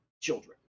children